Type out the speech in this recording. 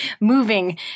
moving